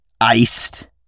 iced